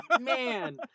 Man